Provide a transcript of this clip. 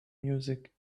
music